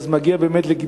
ואז הוא מגיע לגיבוש